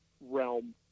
realm